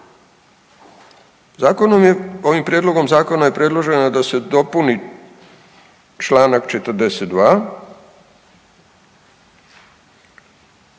zakonom je, ovim prijedlogom Zakona je predloženo da se dopuni čl. 42,